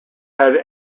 had